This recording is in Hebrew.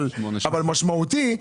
אבל משמעותי,